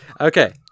Okay